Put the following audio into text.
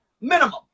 Minimum